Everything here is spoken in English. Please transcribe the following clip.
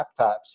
laptops